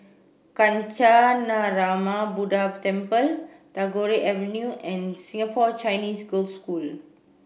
Kancanarama Buddha Temple Tagore Avenue and Singapore Chinese Girls' School